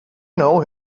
know